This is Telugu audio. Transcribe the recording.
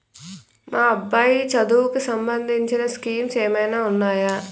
మా అబ్బాయి చదువుకి సంబందించిన స్కీమ్స్ ఏమైనా ఉన్నాయా?